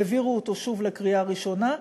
העבירו אותו שוב לקריאה ראשונה,